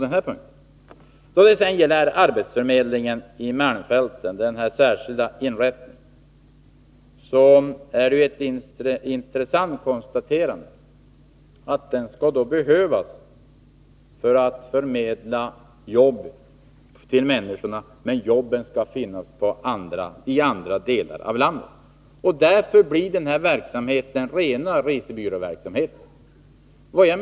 När det gäller arbetsförmedlingen i malmfälten, den särskilda inrättningen, är det intressant att konstatera att den skall behövas för att förmedla jobb till människorna, men jobben skall finnas i andra delar av landet. Därför blir denna verksamhet rena resebyråverksamheten.